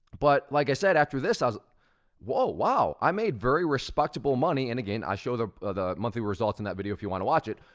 but like i said, after this, i was whoa, wow. i made very respectable money. and again, i show the ah the monthly results in that video, if you want to watch it,